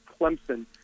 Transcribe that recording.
Clemson